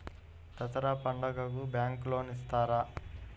దసరా పండుగ bank loan ఇస్తారా?